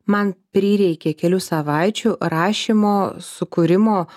man prireikė kelių savaičių rašymo sukūrimo